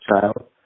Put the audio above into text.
child